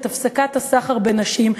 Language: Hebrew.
את הפסקת הסחר בנשים,